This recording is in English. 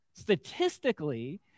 Statistically